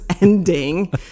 ending